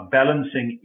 balancing